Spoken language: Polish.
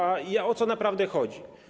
A o co naprawdę chodzi?